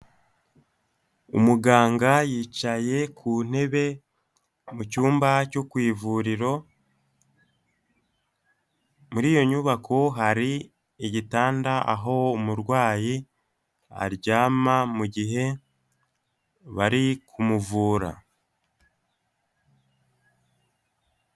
Umuganga yicaye ku ntebe mu cyumba cyo ku ivuriro, muri iyo nyubako hari igitanda aho umurwayi aryama mu gihe bari kumuvura.